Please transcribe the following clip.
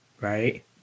right